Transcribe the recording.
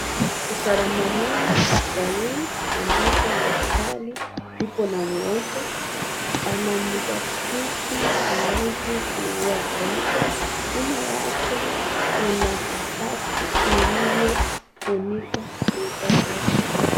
Usalama mwema hospitalini ambapo daktari yupo na mgonjwa ana mdadisi kuhusu kuwa kwake nyuma yake kuna kabati ilio funikwa.